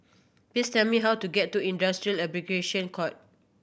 please tell me how to get to Industrial Arbitration Court